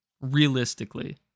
realistically